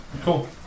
cool